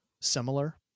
similar